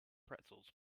pretzels